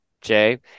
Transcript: Jay